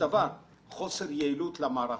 יעילות למערכות,